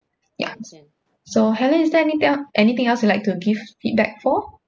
yup so helen is there anything anything else you like to give feedback for